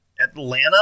Atlanta